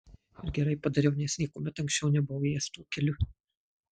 ir gerai padariau nes niekuomet anksčiau nebuvau ėjęs tuo keliu